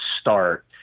start